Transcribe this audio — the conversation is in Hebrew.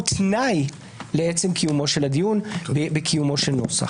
תנאי לעצם קיומו של הדיון בקיומו של נוסח.